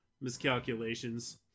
miscalculations